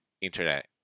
internet